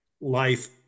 life